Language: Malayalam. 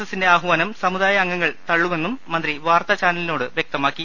എസിന്റെ ആഹ്വാനം സമുദായ അംഗങ്ങൾ തള്ളുമെന്നും മന്ത്രി വാർത്താ ചാനലിനോട് വ്യക്തമാക്കി